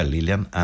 Lilian